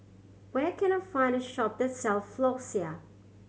where can I find a shop that sell Floxia